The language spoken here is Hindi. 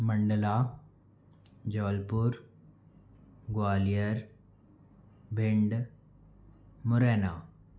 मंडला जबलपुर ग्वालियर भिंड मुरैना